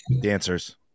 Dancers